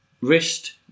wrist